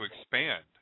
expand